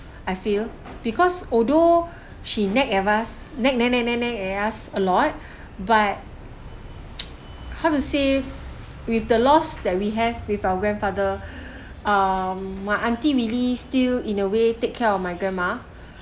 I feel because although she nag at us nag nag nag nag at us a lot but how to say with the loss that we have with our grandfather um my auntie really still in a way take care of my grandma